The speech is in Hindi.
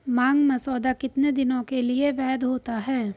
मांग मसौदा कितने दिनों के लिए वैध होता है?